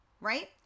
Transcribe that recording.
right